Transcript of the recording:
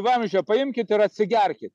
vamzdžio paimkit ir atsigerkit